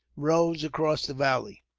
rose across the valley.